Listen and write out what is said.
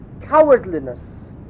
cowardliness